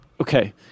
Okay